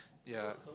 ya